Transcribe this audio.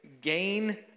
gain